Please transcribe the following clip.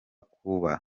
kuba